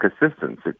assistance